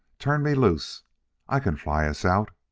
turn me loose i can fly us out!